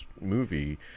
movie